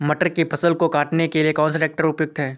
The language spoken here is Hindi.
मटर की फसल को काटने के लिए कौन सा ट्रैक्टर उपयुक्त है?